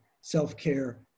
self-care